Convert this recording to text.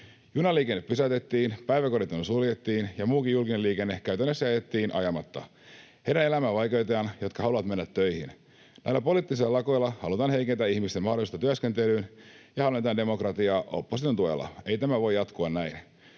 Junaliikenne pysäytettiin, päiväkodit suljettiin ja muukin julkinen liikenne käytännössä jätettiin ajamatta. Heidän elämäänsä vaikeutetaan, jotka haluavat mennä töihin. Näillä poliittisilla lakoilla halutaan heikentää ihmisten mahdollisuutta työskentelyyn ja halvennetaan demokratiaa opposition tuella. Ei tämä voi jatkua näin.